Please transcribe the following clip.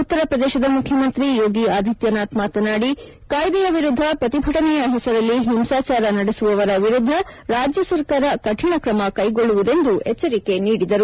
ಉತ್ತರಪ್ರದೇಶದ ಮುಖ್ಯಮಂತ್ರಿ ಯೋಗಿ ಆದಿತ್ಯನಾಥ್ ಮಾತನಾದಿ ಕಾಯ್ದೆಯ ವಿರುದ್ದ ಪ್ರತಿಭಟನೆಯ ಹೆಸರಿನಲ್ಲಿ ಹಿಂಸಾಚಾರ ನಡೆಸುವವರ ವಿರುದ್ದ ರಾಜ್ಯ ಸರ್ಕಾರ ಕಠಿಣ ಕ್ರಮ ಕೈಗೊಳ್ಳುವುದೆಂದು ಎಚ್ಚರಿಕೆ ನೀಡಿದರು